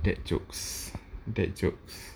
dad jokes dad jokes